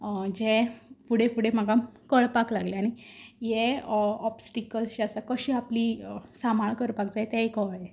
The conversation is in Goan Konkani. जें फुडें फुडें म्हाका कळपाक लागलें आनी हें ऑबस्टेकल्स जे आसा ते कशी आपली सांबाळ करपाक जाय तेयी कळ्ळें